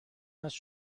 است